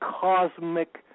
cosmic